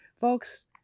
Folks